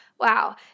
wow